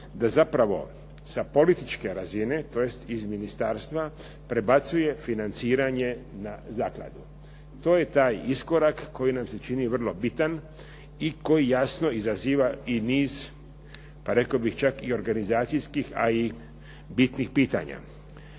da zapravo sa političke razine, tj. iz ministarstva prebacuje financiranje na zakladu. To je taj iskorak koji nam se čini vrlo bitan i koji jasno izaziva i niz, pa rekao bih čak i organizacijskih, a i bitnih pitanja.